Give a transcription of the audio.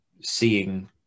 seeing